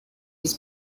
his